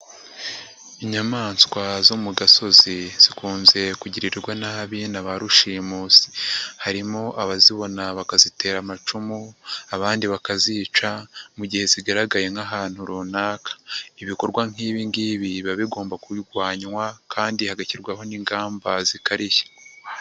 Inyamaswa zo mu gasozi zikunze kugirirwa nabi na ba rushimusi, harimo abazibona bakazitera amacumu abandi bakazica mu gihe zigaragaye nk'ahantu runaka, ibikorwa nk'ibi ngibi biba bigomba kurwanywa kandi hagashyirwaho n'ingamba zikarishye.